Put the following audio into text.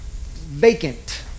vacant